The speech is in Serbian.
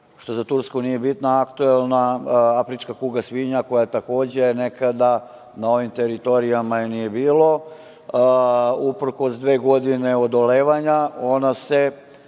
što za Tursku nije bitna, „afrička kuga svinja“, koje takođe nekada na ovim teritorijama nije bilo. Uprkos dve godine odolevanja, ona se